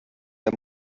der